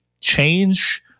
change